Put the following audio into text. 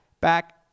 back